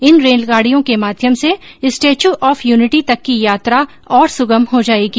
इन रेलगाडियों के माध्यम से स्टैच्यू ऑफ यूनिटी तक की यात्रा और सुगम हो जाएगी